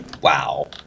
Wow